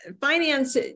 finance